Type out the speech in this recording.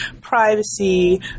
privacy